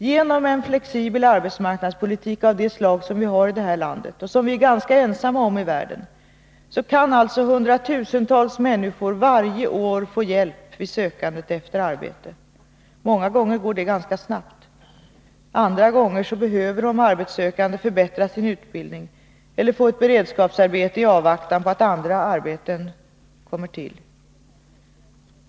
Genom en flexibel arbetsmarknadspolitik av det slag som vi har i det här landet och som vi är ganska ensamma om i världen kan alltså hundratusentals människor varje år få hjälp vid sökandet efter arbete. Många gånger går det ganska snabbt. Andra gånger behöver den arbetssökande förbättra sin utbildning eller få ett beredskapsarbete i avvaktan på att andra arbeten kommer till.